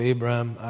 Abraham